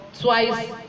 twice